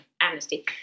amnesty